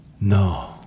No